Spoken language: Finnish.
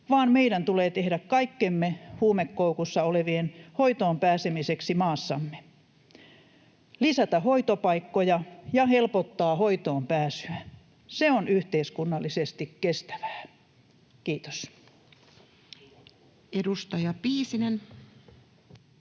vaan meidän tulee tehdä kaikkemme huumekoukussa olevien hoitoon pääsemiseksi maassamme: lisätä hoitopaikkoja ja helpottaa hoitoon pääsyä. Se on yhteiskunnallisesti kestävää. — Kiitos. Edustaja Piisinen.